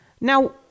Now